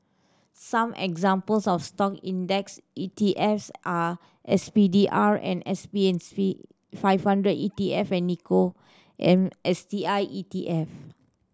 some examples of Stock index E T Fs are S P D R and S B five hundred E T F and Nikko am S T I E T F